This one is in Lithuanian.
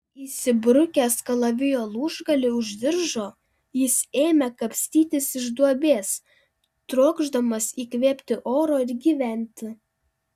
įsibrukęs kalavijo lūžgalį už diržo jis ėmė kapstytis iš duobės trokšdamas įkvėpti oro ir gyventi